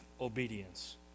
obedience